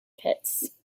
pits